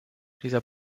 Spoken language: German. dieser